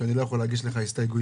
שאני לא יכול להגיש לך הסתייגויות,